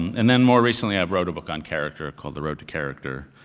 and then more recently i wrote a book on character called the road to character.